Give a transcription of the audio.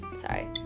sorry